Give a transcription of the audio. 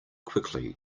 quickly